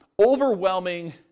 overwhelming